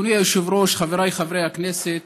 אדוני היושב-ראש, חבריי חברי הכנסת,